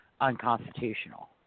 unconstitutional